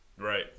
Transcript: Right